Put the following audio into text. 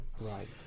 right